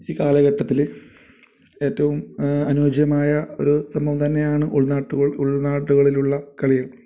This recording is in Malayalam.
ഈ കാലഘട്ടത്തിൽ ഏറ്റവും അനുയോജ്യമായ ഒരു സംഭവം തന്നെയാണ് ഉൾനാട്ടുകൾ ഉൾനാട്ടുകളിലുള്ള കളികൾ